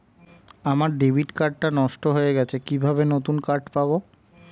আমার debit card টা নষ্ট হয়ে গেছে কিভাবে নতুন কার্ড পাব?